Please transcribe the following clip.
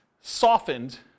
softened